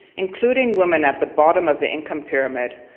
including women at the bottom of the income pyramid,